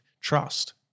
trust